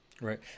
Right